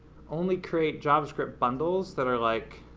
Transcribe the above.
only create javascript bundles that are, like,